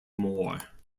more